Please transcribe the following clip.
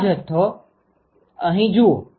આ જથ્થો અહીં જુઓ